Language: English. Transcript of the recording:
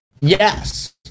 Yes